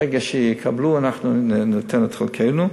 ברגע שיקבלו, אנחנו ניתן את חלקנו.